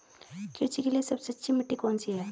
कृषि के लिए सबसे अच्छी मिट्टी कौन सी है?